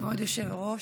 כבוד היושב-ראש,